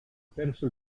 perso